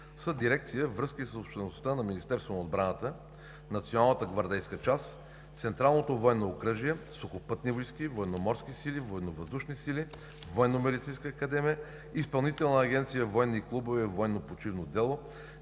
дирекция „Връзки с обществеността“ на Министерството на отбраната, Националната гвардейска част, Централното военно окръжие, Сухопътни войски, Военноморски сили, Военновъздушни сили, Военномедицинската академия, Изпълнителната агенция „Военни клубове, военно почивно дело“,